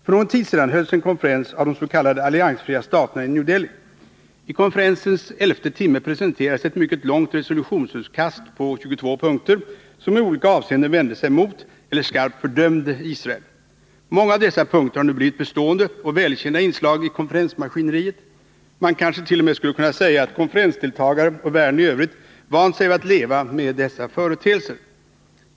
För någon tid sedan hölls en konferens av de s.k. alliansfria staterna i New Delhi. I konferensens elfte timme presenterades ett mycket långt resolutionsutkast på 22 punkter, som i olika avseenden vände sig mot eller skarpt fördömde Israel. Många av dessa punkter har nu blivit bestående och välkända inslag i konferensmaskineriet. Man kanske t.o.m. skulle kunna säga att konferensdeltagare och världen i övrigt vant sig vid att leva med dessa företeelser.